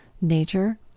nature